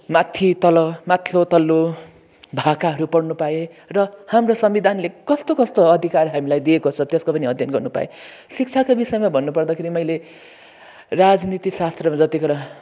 माथि तल माथिल्लो तल्लो भाकाहरू पढ्नु पाएँ र हाम्रो संविधानले कस्तो कस्तो अधिकार हामीलाई दिएको छ त्यसको पनि अध्ययन गर्नु पाएँ शिक्षाको विषयमा भन्नुपर्दाखेरि मैले राजनीतिशास्त्रमा जतिखेर